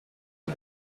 het